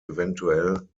evtl